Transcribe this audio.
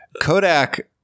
Kodak